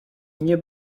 nie